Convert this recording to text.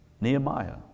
Nehemiah